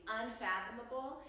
unfathomable